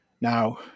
Now